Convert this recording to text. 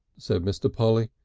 said mr. polly.